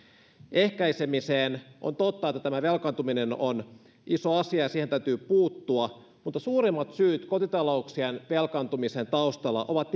ehkäisemiseksi on totta että tämä velkaantuminen on iso asia ja siihen täytyy puuttua mutta suurimmat syyt kotitalouksien velkaantumisen taustalla ovat